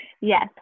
Yes